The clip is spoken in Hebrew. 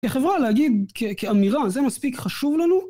כחברה, להגיד כאמירה, זה מספיק חשוב לנו